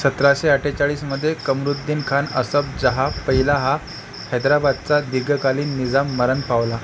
सतराशे अठ्ठेचाळीस मध्ये कमरुद्दिन खान असफजाह पहिला हा हैदराबादचा दीर्घकालीन निजाम मरण पावला